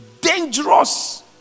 dangerous